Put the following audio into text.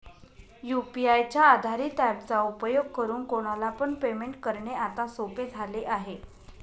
UPI च्या आधारित app चा उपयोग करून कोणाला पण पेमेंट करणे आता सोपे झाले आहे